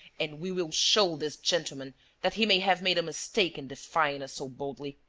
and we will show this gentleman that he may have made a mistake in defying us so boldly.